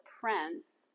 prince